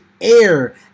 air